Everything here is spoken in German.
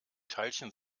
teilchen